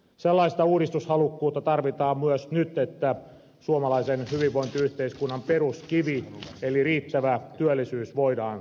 sellaista uudistushalukkuutta tarvitaan myös nyt jotta suomalaisen hyvinvointiyhteiskunnan peruskivi eli riittävä työllisyys voidaan säilyttää